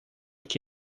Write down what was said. que